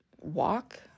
walk